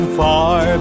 far